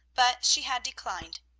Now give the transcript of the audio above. but she had declined.